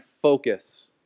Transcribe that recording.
focus